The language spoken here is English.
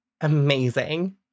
amazing